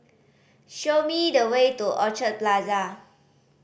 show me the way to Orchard Plaza